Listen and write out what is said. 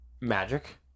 magic